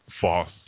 false